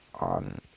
on